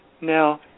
Now